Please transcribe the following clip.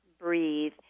breathe